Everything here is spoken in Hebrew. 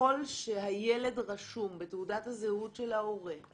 ככל שהילד רשום בתעודת הזהות של ההורה,